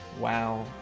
Wow